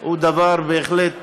הוא דבר שבהחלט